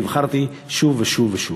נבחרתי שוב ושוב ושוב.